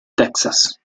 texas